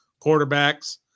Quarterbacks